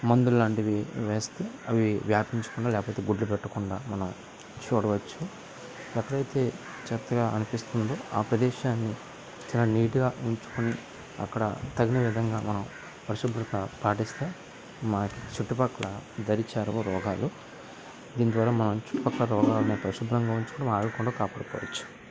మందులాంటివి వేస్తు అవి వ్యాపించకుండా లేకపోతే గుడ్లు పెట్టకుండా మనం చూడవచ్చు ఎక్కడైతే చెత్తగా అనిపిస్తుందో ఆ ప్రదేశాన్ని చాలా నీటుగా ఉంచుకొని అక్కడ తగిన విధంగా మనం పరిశుభ్రత పాటిస్తూ మన చుట్టుపక్కల దరి చేరవు రోగాలు దీని ద్వారా మన చుట్టుపక్కల రోగాలు అనేవి పరిశుభ్రంగా ఉంచుకొని కాపాడుకోవచ్చు